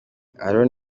aaron